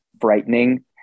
frightening